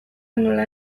nola